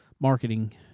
Marketing